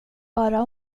bara